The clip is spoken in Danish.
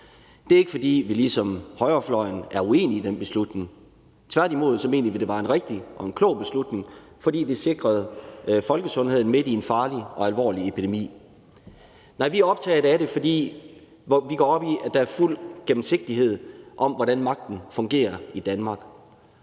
Det er ikke, fordi vi ligesom højrefløjen er uenig i den beslutning, tværtimod mener vi, at det var en rigtig og klog beslutning, fordi vi sikrede folkesundheden midt i en farlig og alvorlig epidemi. Vi er optaget af det, fordi vi går op i, at der er fuld gennemsigtighed i, hvordan magten fungerer i Danmark,